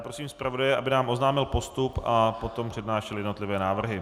Prosím zpravodaje, aby nám oznámil postup a potom přednášel jednotlivé návrhy.